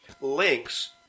links